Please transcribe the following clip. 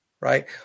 right